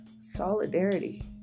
solidarity